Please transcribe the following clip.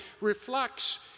reflects